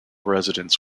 residents